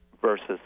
versus